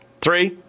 Three